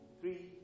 Three